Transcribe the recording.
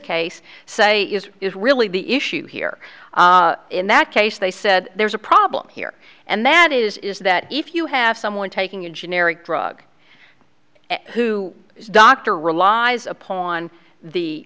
case say is really the issue here in that case they said there's a problem here and that is is that if you have someone taking a generic drug who is doctor relies upon the